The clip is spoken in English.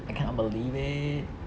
I cannot believe it